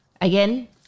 again